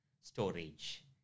storage